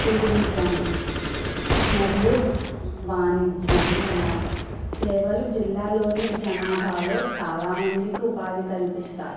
tourism మరియు వాణిజ్యమున్నాయి సేవలు జిల్లాలోని జనాభాలో చాలామందికి ఉపాధి కల్పిస్తాయి